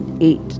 eight